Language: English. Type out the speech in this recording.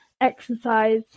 exercise